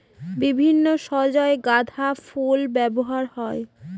বিভিন্ন সজ্জায় গাঁদা ফুল ব্যবহার হয়